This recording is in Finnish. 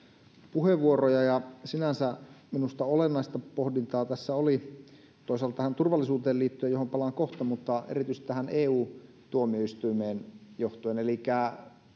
puheenvuoroja ja sinänsä minusta olennaista pohdintaa tässä oli toisaalta tähän turvallisuuteen liittyen johon palaan kohta mutta erityisesti tähän eu tuomioistuimeen liittyen elikkä